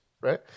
Right